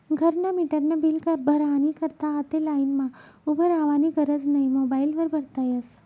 घरना मीटरनं बील भरानी करता आते लाईनमा उभं रावानी गरज नै मोबाईल वर भरता यस